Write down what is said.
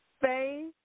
Faith